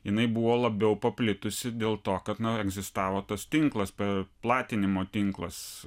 jinai buvo labiau paplitusi dėl to kad na egzistavo tas tinklas per platinimo tinklas